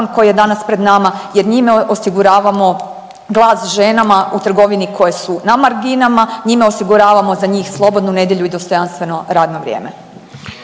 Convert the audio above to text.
koji je danas pred nama jer njime osiguravamo glas ženama u trgovini koje su na marginama, njime osiguravamo za njih slobodnu nedjelju i dostojanstveno radno vrijeme.